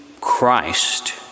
Christ